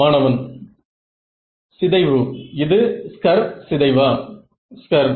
மாணவன் Refer Time 0430